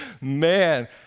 Man